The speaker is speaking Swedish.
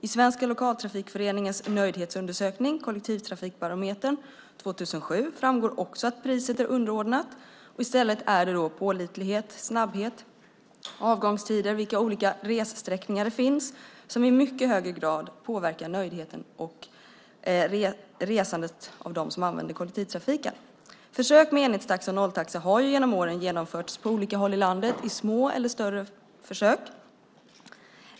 I Svenska Lokaltrafikföreningens nöjdhetsundersökning, Kollektivtrafikbarometern, 2007 framgår också att priset är underordnat. Det är pålitlighet, snabbhet, avgångstider och vilka olika ressträckningar det finns som i mycket högre grad påverkar nöjdheten och resandet när det gäller dem som använder kollektivtrafiken. Försök med enhetstaxa och nolltaxa har genom åren genomförts på olika håll i landet. Det har varit små eller större försök.